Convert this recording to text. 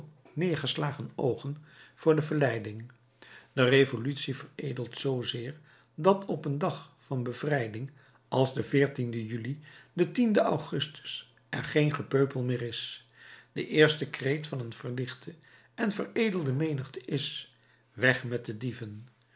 neergeslagen oogen voor de verleiding de revolutie veredelt zoozeer dat op een dag van bevrijding als den juli den augustus er geen gepeupel meer is de eerste kreet van een verlichte en veredelde menigte is weg met de dieven